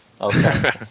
Okay